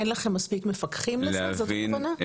אין לכם מספיק מפקחים לזה, זאת הכוונה?